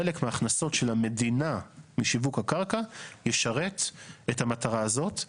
חלק מההכנסות של המדינה משיווק הקרקע ישרת את המטרה הזאת.